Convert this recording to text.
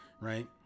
right